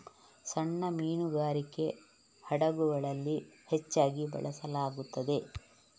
ಸಣ್ಣ ಮೀನುಗಾರಿಕೆ ಹಡಗುಗಳಲ್ಲಿ ಹೆಚ್ಚಾಗಿ ಬಳಸಲಾಗುತ್ತದೆ